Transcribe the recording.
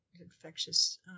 infectious